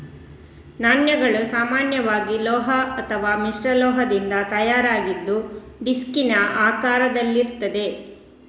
ನಾಣ್ಯಗಳು ಸಾಮಾನ್ಯವಾಗಿ ಲೋಹ ಅಥವಾ ಮಿಶ್ರಲೋಹದಿಂದ ತಯಾರಾಗಿದ್ದು ಡಿಸ್ಕಿನ ಆಕಾರದಲ್ಲಿರ್ತದೆ